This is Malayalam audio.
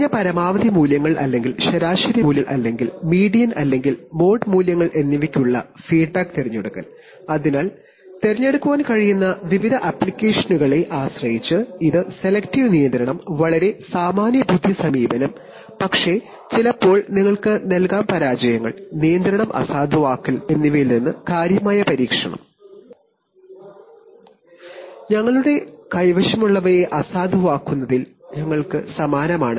കുറഞ്ഞ പരമാവധി മൂല്യങ്ങൾ അല്ലെങ്കിൽ ശരാശരി മൂല്യങ്ങൾ അല്ലെങ്കിൽ മീഡിയൻ അല്ലെങ്കിൽ മോഡ് മൂല്യങ്ങൾ എന്നിവയ്ക്കുള്ള ഫീഡ്ബാക്ക് തിരഞ്ഞെടുക്കൽ അതുപോലെ നിങ്ങൾക്ക് തിരഞ്ഞെടുക്കാൻ കഴിയുന്ന വിവിധ ആപ്ലിക്കേഷനുകളെ ആശ്രയിച്ച് ഉള്ള സെലക്ടീവ് നിയന്ത്രണം വളരെ സാമാന്യബുദ്ധി സമീപനം ഇതൊക്കെ പരാജയങ്ങൾ നിയന്ത്രണം അസാധുവാക്കൽ എന്നിവയിൽ നിന്ന് കാര്യമായ പരിരക്ഷണം നൽകാം